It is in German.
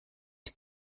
die